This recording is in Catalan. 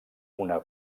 una